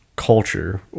culture